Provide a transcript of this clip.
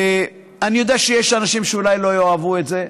אדוני, אני יודע שיש אנשים שאולי לא יאהבו את זה.